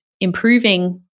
improving